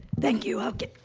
thank you. i'll